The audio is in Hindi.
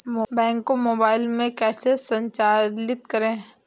बैंक को मोबाइल में कैसे संचालित करें?